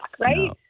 Right